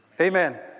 Amen